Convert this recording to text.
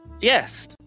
Yes